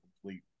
complete